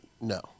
No